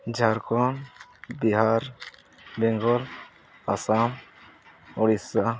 Jharkhand Bihar Bengal Assam Odisha